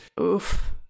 oof